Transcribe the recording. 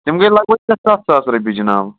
تِم گٔے لگ بگ شےٚ سَتھ ساس رۄپیہِ جناب